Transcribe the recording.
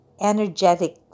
energetic